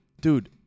Dude